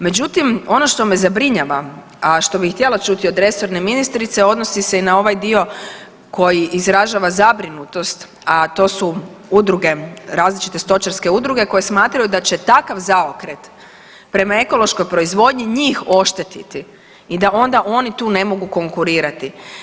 Međutim, ono što me zabrinjava, a što bi htjela čuti od resorne ministrice odnosi se i na ovaj dio koji izražava zabrinutost, a to su udruge različite stočarske udruge koje smatraju da će takav zaokret prema ekološkoj proizvodnji njih oštetiti i da ona oni tu ne mogu konkurirati.